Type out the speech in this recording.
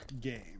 game